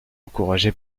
encouragé